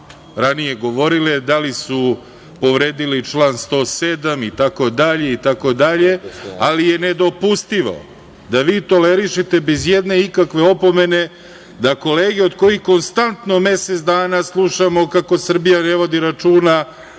ranije govorile, da li su povredili član 107. itd, ali je nedopustivo da vi tolerišete bez i jedne ikakve opomene da kolege od kojih konstantno mesec dana slušamo kako Srbija ne vodi računa